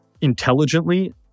intelligently